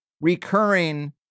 recurring